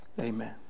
Amen